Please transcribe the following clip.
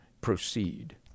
proceed